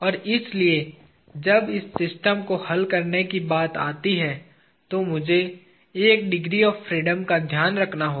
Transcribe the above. और इसलिए जब इस सिस्टम को हल करने की बात आती है तो मुझे 1 डिग्री ऑफ़ फ्रीडम का ध्यान रखना होगा